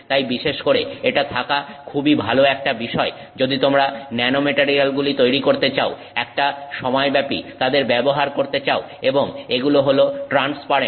তাই বিশেষ করে এটা থাকা খুবই ভালো একটা বিষয় যদি তোমরা ন্যানোমেটারিয়ালগুলি তৈরি করতে চাও একটা সময়ব্যাপী তাদের ব্যবহার করতে চাও এবং এগুলো হলো ট্রান্সপারেন্ট